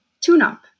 tune-up